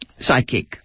psychic